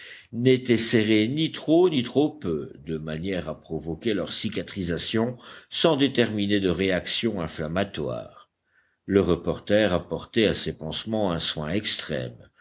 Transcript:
n'étaient serrées ni trop ni trop peu de manière à provoquer leur cicatrisation sans déterminer de réaction inflammatoire le reporter apportait à ces pansements un soin extrême